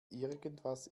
irgendwas